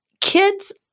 Kids